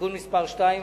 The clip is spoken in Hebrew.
(תיקון מס' 2),